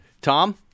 Tom